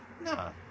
No